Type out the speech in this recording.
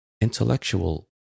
intellectual